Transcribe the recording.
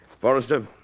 Forrester